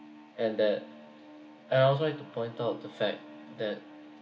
and that I also like to point out the fact that